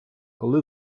коли